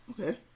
Okay